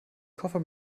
koffer